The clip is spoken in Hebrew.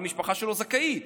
אבל המשפחה שלו זכאית.